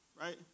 Right